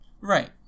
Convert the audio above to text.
right